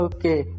Okay